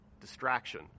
Distraction